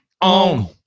On